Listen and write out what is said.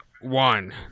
one